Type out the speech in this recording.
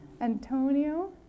Antonio